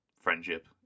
friendship